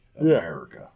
America